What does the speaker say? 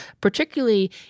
particularly